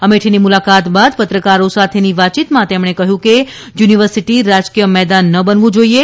અમેઠીની મુલાકાત બાદ પત્રકારો સાથેની વાતચીતમાં તેમણે કહ્યું કે યુનિવર્સિટી રાજકીય મેદાન ન બનવું જોઇએ